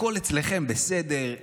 הכול אצלכם בסדר,